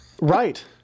Right